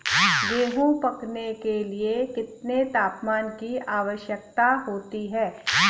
गेहूँ पकने के लिए कितने तापमान की आवश्यकता होती है?